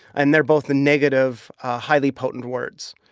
and they're both negative, highly potent words.